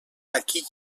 aquí